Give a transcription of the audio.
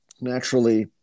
Naturally